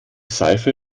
seife